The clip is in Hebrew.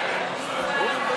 עשיתם את